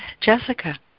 Jessica